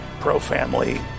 pro-family